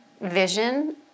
vision